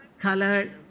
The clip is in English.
Colored